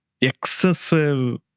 excessive